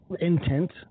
intent